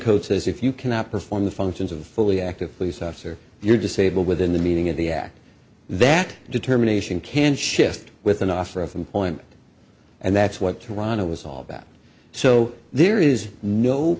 says if you cannot perform the functions of a fully active police officer you're disabled within the meaning of the act that determination can shift with an offer of employment and that's what toronto was all about so there is no